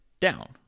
down